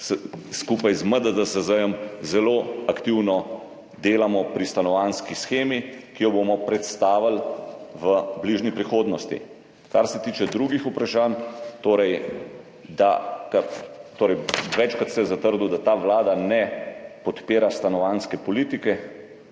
skupaj z MDDSZ zelo aktivno delamo na stanovanjski shemi, ki jo bomo predstavili v bližnji prihodnosti. Kar se tiče drugih vprašanj. Večkrat ste zatrdili, da Vlada ne podpira stanovanjske politike.